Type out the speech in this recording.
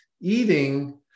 eating